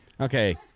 Okay